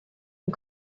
and